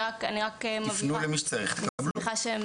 שזה